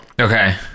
Okay